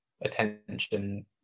attention